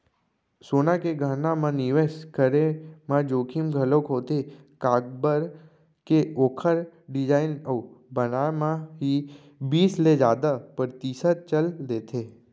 सोना के गहना म निवेस करे म जोखिम घलोक होथे काबर के ओखर डिजाइन अउ बनाए म ही बीस ले जादा परतिसत चल देथे